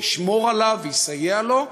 ישמור עליו ויסייע לו,